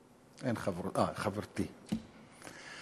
חברתי,